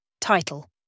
Title